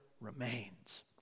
remains